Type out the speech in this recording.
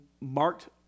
marked